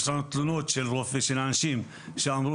יש לנו תלונות של אנשים שאמרו,